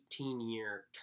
18-year